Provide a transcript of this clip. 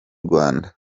rwanda